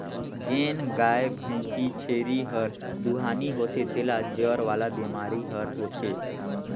जेन गाय, भइसी, छेरी हर दुहानी होथे तेला जर वाला बेमारी हर होथे